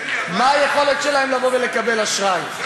מה היכולת שלהם לקבל אשראי?